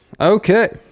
Okay